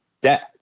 death